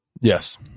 Yes